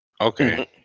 okay